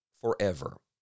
forever